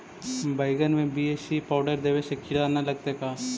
बैगन में BAC powder देबे से किड़ा न लगतै का?